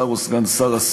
שר או סגן שר,